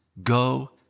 Go